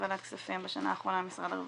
בוועדת כספים בשנה האחרונה משרד הרווחה,